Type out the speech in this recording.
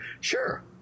Sure